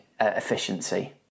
efficiency